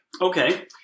Okay